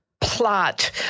plot